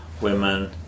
women